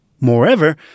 Moreover